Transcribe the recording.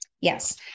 Yes